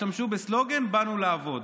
השתמשו בסלוגן: באנו לעבוד.